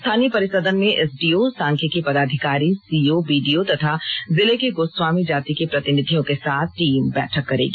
स्थानीय परिसदन में एसडीओ सांख्यिकी पदाधिकारी सीओ बीडीओ तथा जिले के गोस्वामी जाति के प्रतिनिधियों के साथ टीम बैठक करेगी